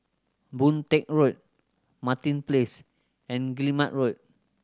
Boon Teck Road Martin Place and Guillemard Road